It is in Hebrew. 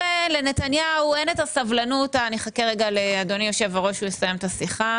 משום שנתניהו הפך להיות בן ערובה של השותפים